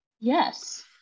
Yes